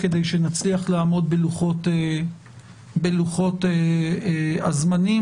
כדי שנצליח לעמוד בלוחות הזמנים,